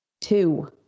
two